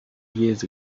years